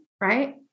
Right